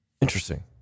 interesting